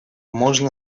можно